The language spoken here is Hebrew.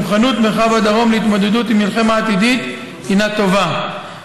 מוכנות מרחב הדרום להתמודדות עם מלחמה עתידית הינה טובה,